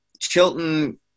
Chilton